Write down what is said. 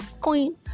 queen